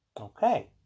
Okay